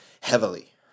heavily